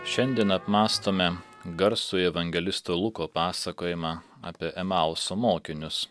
šiandien apmąstome garsųjį evangelisto luko pasakojimą apie emauso mokinius